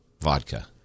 vodka